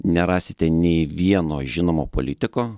nerasite nei vieno žinomo politiko